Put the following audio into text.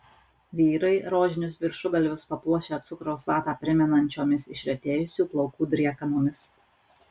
vyrai rožinius viršugalvius papuošę cukraus vatą primenančiomis išretėjusių plaukų driekanomis